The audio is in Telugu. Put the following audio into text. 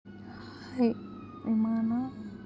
హే విమానా